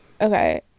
Okay